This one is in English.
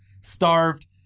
Starved